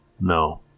No